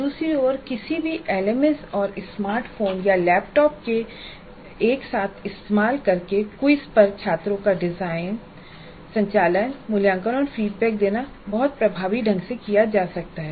दूसरी ओर किसी भी एलएमएस और स्मार्ट फोन या लैपटॉप के संयोजन का उपयोग करके क्विज़ पर छात्रों को डिजाइन संचालन मूल्यांकन और फीडबैक देना जो कि अत्यंत महत्वपूर्ण भी है बहुत प्रभावी ढंग से किया जा सकता है